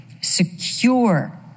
secure